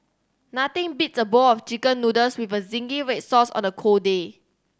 nothing beats a bowl of Chicken Noodles with zingy red sauce on a cold day